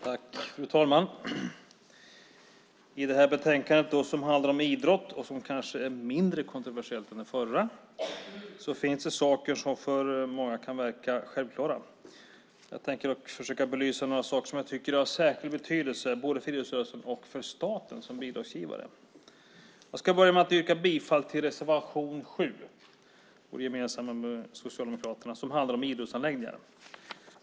Fru talman! I det här betänkandet om idrott, som kanske är mindre kontroversiellt än det förra betänkandet vi nyss debatterade, finns saker som för många kan verka självklara. Jag tänker försöka belysa några saker som jag tycker är av särskild betydelse både för idrottsrörelsen och för staten som bidragsgivare. Jag ska börja med att yrka bifall till reservation 7, som vi har gemensamt med Socialdemokraterna och som handlar om idrottsanläggningar.